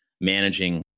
managing